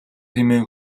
хэмээн